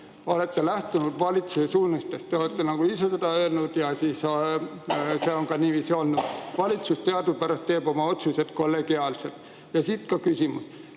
olete lähtunud valitsuse suunistest. Te olete ise seda öelnud ja see on ka niiviisi olnud. Valitsus teadupärast teeb oma otsused kollegiaalselt. Ja siit ka küsimus.